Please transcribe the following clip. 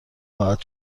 خواهد